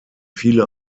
viele